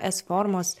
s formos